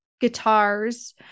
guitars